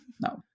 No